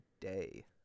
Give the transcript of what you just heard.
day